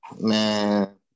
Man